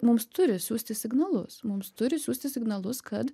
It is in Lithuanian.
mums turi siųsti signalus mums turi siųsti signalus kad